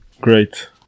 great